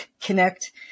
connect